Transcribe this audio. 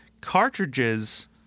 cartridges